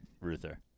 Ruther